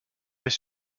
est